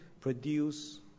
produce